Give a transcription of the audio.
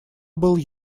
был